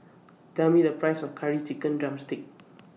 Tell Me The Price of Curry Chicken Drumstick